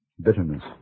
Bitterness